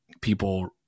people